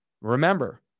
Remember